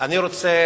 אני רוצה